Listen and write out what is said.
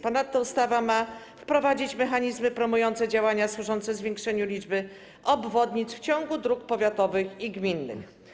Ponadto ustawa ma wprowadzić mechanizmy promujące działania służące zwiększeniu liczby obwodnic w ciągu dróg powiatowych i gminnych.